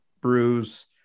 brews